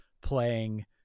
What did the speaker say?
playing